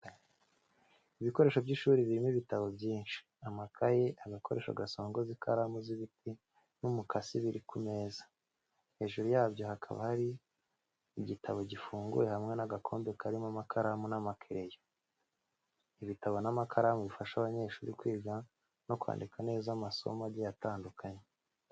Ibikoresho by’ishuri birimo ibitabo byinshi, amakaye, agakoresho gasongoza ikaramu z'ibiti n'umukasi biri ku meza, hejuru yabyo hakaba hari igitabo gifunguye hamwe n’agakombe karimo amakaramu n'amakereyo. Ibitabo n’amakaramu bifasha abanyeshuri kwiga no kwandika neza amasomo agiye atandukanye.